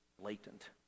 blatant